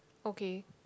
okay